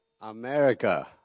America